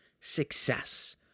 success